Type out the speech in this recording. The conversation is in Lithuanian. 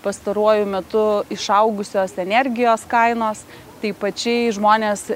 pastaruoju metu išaugusios energijos kainos taip pačiai žmonės